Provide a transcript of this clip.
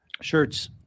shirts